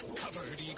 covered